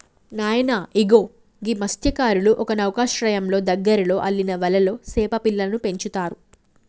నాయన ఇగో గీ మస్త్యకారులు ఒక నౌకశ్రయంలో దగ్గరలో అల్లిన వలలో సేప పిల్లలను పెంచుతారు